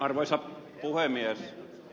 arvoisa puhemies